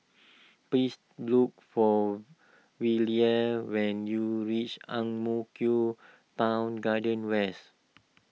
please look for Velia when you reach Ang Mo Kio Town Garden West